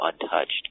untouched